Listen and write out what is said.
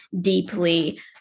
deeply